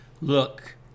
look